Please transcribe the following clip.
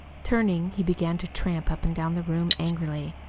turning, he began to tramp up and down the room angrily.